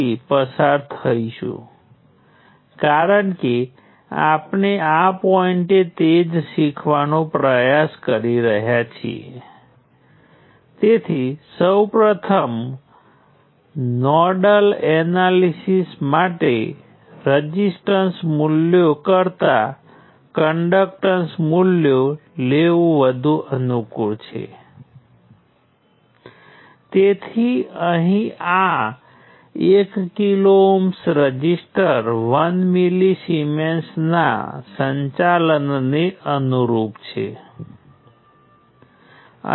આ આપણે અગાઉ જોયું છે જ્યારે આપણે વોલ્ટેજ નિયંત્રિત કરંટ સ્ત્રોતનો ઉપયોગ કરીને રેઝિસ્ટરનું સંશ્લેષણ કર્યું હતું પરંતુ કંડક્ટન્સ મેટ્રિક્સની કેટલીક વિશેષતાઓ જ્યારે આપણી પાસે માત્ર રેઝિસ્ટન્સ હતા ત્યારે હતી તેનાથી અલગ હશે